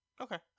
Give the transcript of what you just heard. Okay